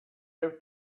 have